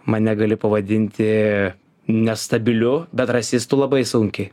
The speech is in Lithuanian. mane gali pavadinti nestabiliu bet rasistu labai sunkiai